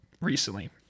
recently